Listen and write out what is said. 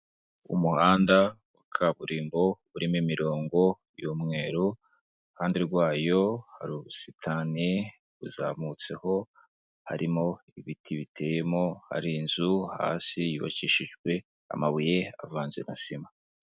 Umuhanda wa kaburimbo urimo imirongo y'umweru, iruhande rwayo hari ubusitani buzamutseho, harimo ibiti biteyemo hari inzu hasi yubakishijwe amabuye avanze na sima.